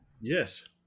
Yes